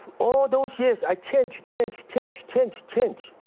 all those years i change, change, change, change, change.